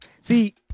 See